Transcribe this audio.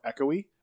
echoey